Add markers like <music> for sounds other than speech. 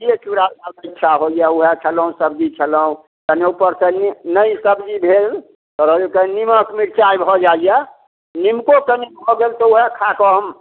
दहिए चूड़ा कऽ इच्छा होइए ओएह खयलहुँ सबजी खयलहुँ कनि ऊपरसँ <unintelligible> नहि सबजी भेल कनि नीमक मिरचाइ भऽ जाइए निमको कनि भऽ गेल तऽ ओएह खाकऽ हम